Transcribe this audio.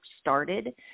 started